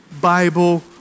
Bible